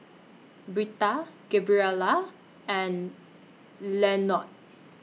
Britta Gabriela and Lenord